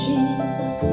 Jesus